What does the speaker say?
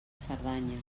cerdanya